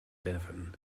devon